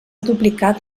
duplicat